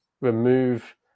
remove